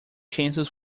chances